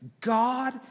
God